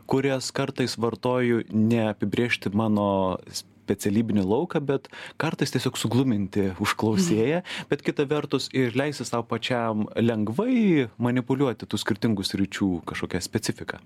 kurias kartais vartoju neapibrėžti mano specialybinį lauką bet kartais tiesiog sugluminti užklausėją bet kita vertus ir leisi sau pačiam lengvai manipuliuoti tų skirtingų sričių kažkokia specifika